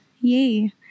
yay